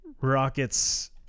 rockets